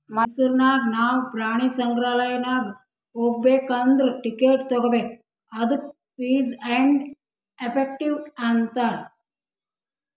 ಮೈಸೂರ್ ನಾಗ್ ನಾವು ಪ್ರಾಣಿ ಸಂಗ್ರಾಲಯ್ ನಾಗ್ ಹೋಗ್ಬೇಕ್ ಅಂದುರ್ ಟಿಕೆಟ್ ತಗೋಬೇಕ್ ಅದ್ದುಕ ಫೀಸ್ ಆ್ಯಂಡ್ ಎಫೆಕ್ಟಿವ್ ಅಂತಾರ್